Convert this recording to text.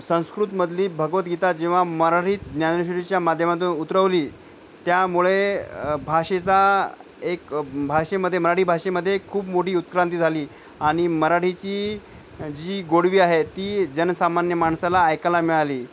संस्कृतमधली भगवद्गीता जेव्हा मराठीत ज्ञानेश्वरीच्या माध्यमातून उतरवली त्यामुळे भाषेचा एक भाषेमध्ये मराठी भाषेमध्ये खूप मोठी उत्क्रांती झाली आणि मराठीची जी गोडवी आहे ती जनसामान्य माणसाला ऐकायला मिळाली